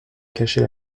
cacher